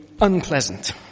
unpleasant